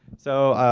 so,